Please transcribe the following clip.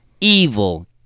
evil